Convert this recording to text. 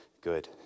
good